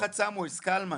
של משפחת סמואל, שלווה.